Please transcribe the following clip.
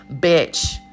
bitch